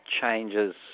changes